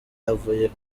avuye